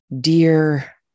dear